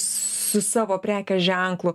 su savo prekės ženklu